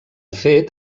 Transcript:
fet